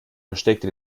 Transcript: versteckte